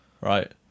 right